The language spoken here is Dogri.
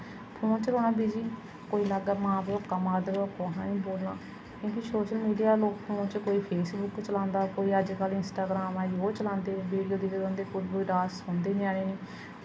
फोन च रौह्ना बिज़ी कोई लागा मां प्यो कम्म आखदा रवै पर कुसै निं बोलना क्योंकि सोशल मीडिया च लोक कोई फेसबुक चलांदा कोई अज्ज कल इंस्टाग्राम आई गेदी ओह् चलांदे वीडियो दिखदे रौंह्दे पूरी पूरी रात सौंदे ञ्यानें नि